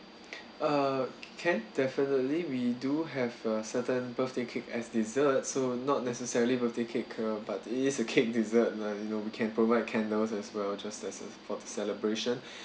uh can definitely we do have a certain birthday cake as dessert so not necessarily birthday cake uh but it's a cake dessert like you know we can provide candles as well just as for the celebration